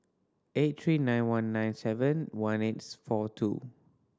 eight three nine one nine seven one eights four two